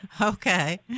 Okay